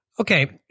Okay